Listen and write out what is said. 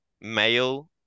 male